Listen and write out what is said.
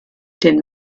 den